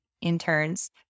interns